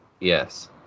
Yes